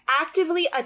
actively